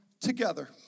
together